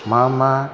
मा मा